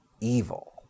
evil